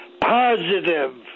positive